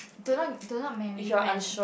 do not do not marry when